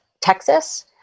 Texas